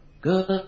good